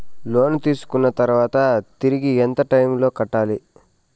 లోను తీసుకున్న తర్వాత తిరిగి ఎంత టైములో కట్టాలి